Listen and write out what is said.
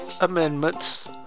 amendments